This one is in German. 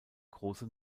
große